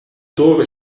torre